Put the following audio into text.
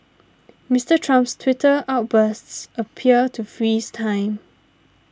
Mister Trump's Twitter outbursts appear to freeze time